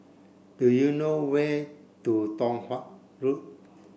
do you know where to Tong Watt Road